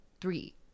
Three